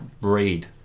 read